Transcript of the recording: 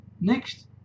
next